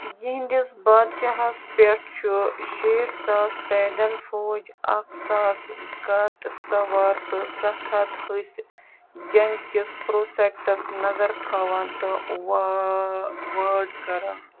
یِہِنٛدِس بادشاہس پٮ۪ٹھ چھُ شیٹھ ساس پیدَل فوج اَکھ ساس گھاٹہٕ سوار تہٕ سَتھ ہَتھ ۂسۍ جنٛگ کِس پرٛوٚسٮ۪کٹَس نظر تھاوان تہٕ وا وٲڑ کران